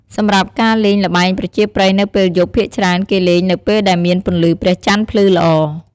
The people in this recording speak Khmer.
សម្រាប់ការលេងល្បែងប្រជាប្រិយនៅពេលយប់ភាគច្រើនគេលេងនៅពេលដែលមានពន្លឺព្រះចន្ទភ្លឺល្អ។